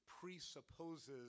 presupposes